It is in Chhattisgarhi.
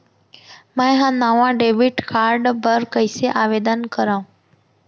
मै हा नवा डेबिट कार्ड बर कईसे आवेदन करव?